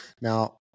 Now